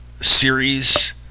series